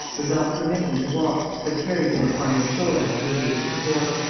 would not permit him to walk, but carried him upon their shoulders to the gate of the fort.